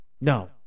No